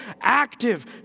active